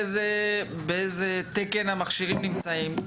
באיזה תקן המכשירים נמצאים.